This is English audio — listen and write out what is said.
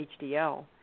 HDL